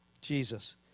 Jesus